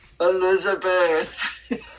Elizabeth